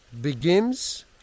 begins